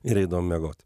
ir eidavom miegot